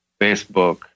Facebook